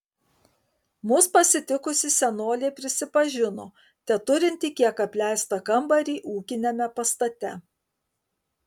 mus pasitikusi senolė prisipažino teturinti kiek apleistą kambarį ūkiniame pastate